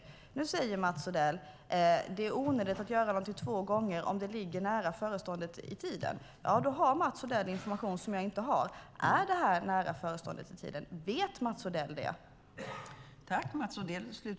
Mats Odell säger att det är onödigt att göra någonting två gånger om det är nära förestående i tiden. Då har Mats Odell information jag inte har. Är detta nära förestående i tiden? Vet Mats Odell det?